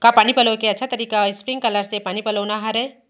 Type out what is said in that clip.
का पानी पलोय के अच्छा तरीका स्प्रिंगकलर से पानी पलोना हरय?